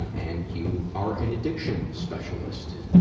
and you are an addiction specialist.